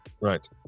right